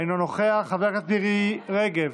אינו נוכח, חברת הכנסת מירי רגב,